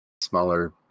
smaller